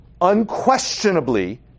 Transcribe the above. unquestionably